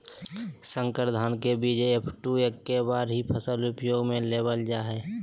संकर धान के बीज एफ.टू एक्के बार ही फसल उपयोग में लेवल जा हइ